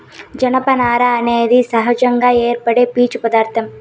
జనపనార అనేది సహజంగా ఏర్పడే పీచు పదార్ధం